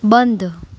બંધ